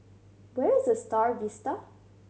where is The Star Vista